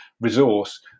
resource